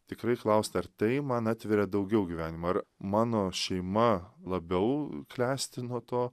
tikrai klausti ar tai man atveria daugiau gyvenimą ar mano šeima labiau klesti nuo to